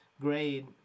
grade